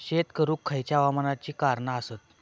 शेत करुक खयच्या हवामानाची कारणा आसत?